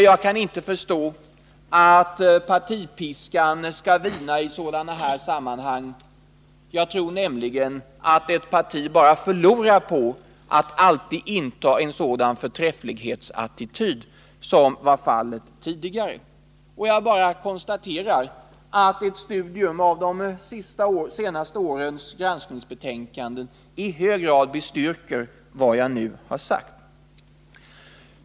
Jag kan inte förstå att partipiskan skall vina i sådana sammanhang. Enligt min mening förlorar nämligen ett parti alltid på att inta en förträfflighetsattityd. Låt mig konstatera att ett studium av de senaste årens granskningsbetänkanden i hög grad bestyrker vad jag nu har sagt.